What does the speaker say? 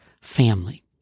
family